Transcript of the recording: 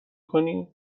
کنی